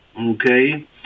okay